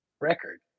record